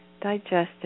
digestive